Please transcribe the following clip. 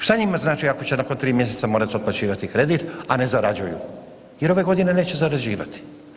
Šta njima znači ako će nakon 3 mjeseca morati otplaćivati kredit, a ne zarađuju jer ove godine neće zarađivati.